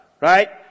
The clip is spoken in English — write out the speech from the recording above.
right